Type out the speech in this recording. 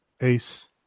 ace